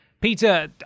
Peter